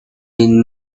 been